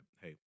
Hey